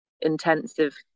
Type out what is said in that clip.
intensive